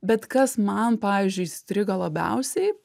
bet kas man pavyzdžiui įstrigo labiausiai